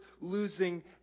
losing